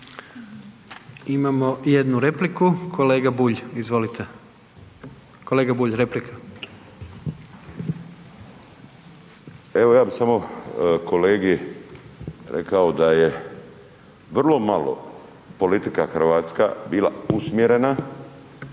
Imamo jednu repliku. Kolega Bulj, izvolite. Kolega Bulj, replika. **Bulj, Miro (MOST)** Evo ja bi samo kolegi rekao da je vrlo malo politika hrvatska bila usmjerena